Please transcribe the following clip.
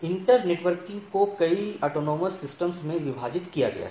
inter networking को कई स्वायत्त प्रणालियों में विभाजित किया गया है